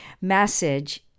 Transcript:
message